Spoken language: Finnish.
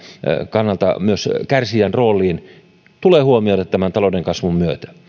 kannalta kärsijän rooliin tulee huomioida tämän talouden kasvun myötä